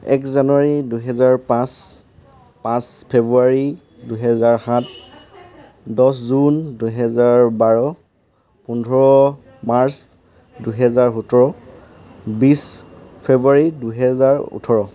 এক জানুৱাৰী দুহেজাৰ পাঁচ পাঁচ ফেব্ৰুৱাৰী দুহেজাৰ সাত দহ জুন দুহেজাৰ বাৰ পোন্ধৰ মাৰ্চ দুহেজাৰ সোতৰ বিশ ফেব্ৰুৱাৰী দুহেজাৰ ওঁঠৰ